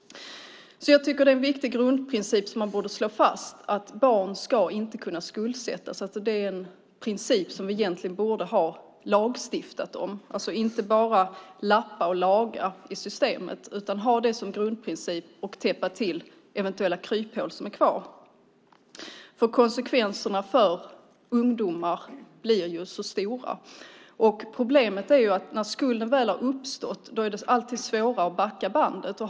Jag tycker att det är en viktig grundprincip att barn inte ska kunna skuldsättas. Det är en princip som vi borde lagstifta om. Vi ska inte bara lappa och laga i systemet utan ha detta som grundprincip och täppa till eventuella kryphål som är kvar. Konsekvenserna för ungdomar blir mycket stora, och när skulden väl har uppstått är det svårt att backa bandet.